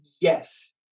Yes